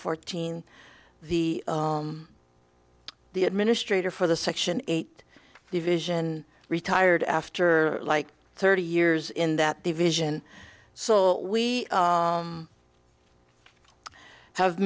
fourteen the the administrator for the section eight division retired after like thirty years in that division so we have